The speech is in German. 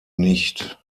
nicht